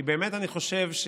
כי באמת, אני חושב,